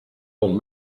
old